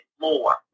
more